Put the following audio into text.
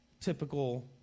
Typical